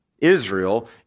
Israel